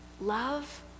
love